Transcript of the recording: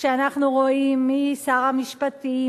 כשאנחנו רואים מי שר המשפטים,